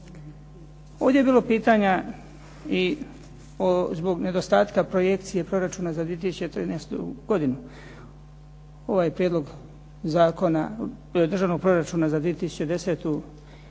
Ovdje je bilo pitanja i zbog nedostatka projekcije proračuna za 2013. godinu. Ovaj Prijedlog državnog proračuna za 2010. i